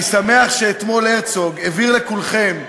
אני שמח שאתמול הרצוג הבהיר לכולכם,